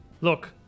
Look